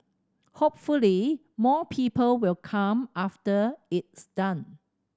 hopefully more people will come after it's done